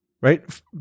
right